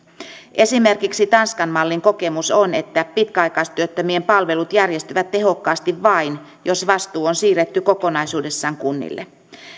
esimerkiksi tanskan mallin kokemus on että pitkäaikaistyöttömien palvelut järjestyvät tehokkaasti vain jos vastuu on siirretty kokonaisuudessaan kunnille